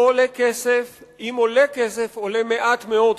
לא עולה כסף, אם עולה כסף, עולה מעט מאוד כסף.